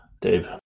Dave